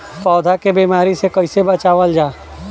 पौधा के बीमारी से कइसे बचावल जा?